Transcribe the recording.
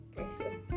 Precious